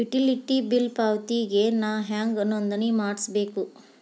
Utility bill ಪಾವತಿಗೆ ನಾ ಹೆಂಗ್ ನೋಂದಣಿ ಮಾಡ್ಸಬೇಕು?